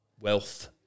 wealth